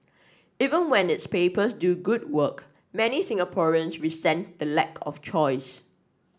even when its papers do good work many Singaporeans resent the lack of choice